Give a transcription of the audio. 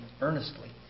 earnestly